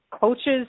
coaches